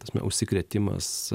ta prasme užsikrėtimas